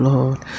Lord